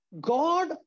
God